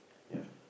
ya